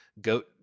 goat